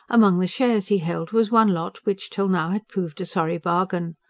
among the shares he held was one lot which till now had proved a sorry bargain.